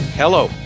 Hello